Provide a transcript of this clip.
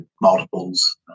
multiples